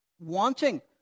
wanting